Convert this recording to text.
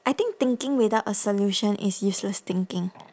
I think thinking without a solution is useless thinking